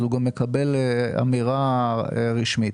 זה ייאמר בצורה רשמית.